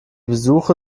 besuche